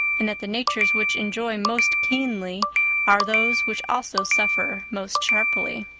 and that the natures which enjoy most keenly are those which also suffer most sharply.